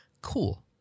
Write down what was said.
Cool